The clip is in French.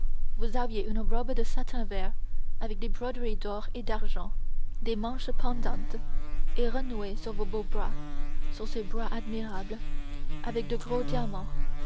vous aviez une robe de satin vert avec des broderies d'or et d'argent des manches pendantes et renouées sur vos beaux bras sur ces bras admirables avec de gros diamants